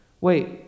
wait